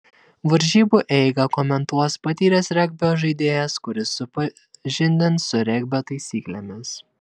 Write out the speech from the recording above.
varžybų eigą komentuos patyręs regbio žaidėjas kuris supažindins su regbio taisyklėmis